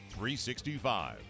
365